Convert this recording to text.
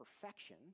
perfection